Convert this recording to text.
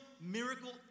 miracle